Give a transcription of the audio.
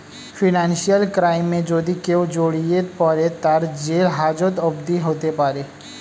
financial ক্রাইমে যদি কেও জড়িয়ে পরে, তার জেল হাজত অবদি হতে পারে